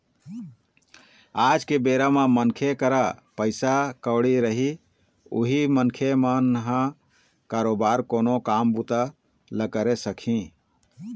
आज के बेरा म मनखे करा पइसा कउड़ी रही उहीं मनखे मन ह बरोबर कोनो काम बूता ल करे सकही